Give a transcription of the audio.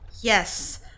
yes